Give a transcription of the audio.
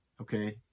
Okay